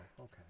okay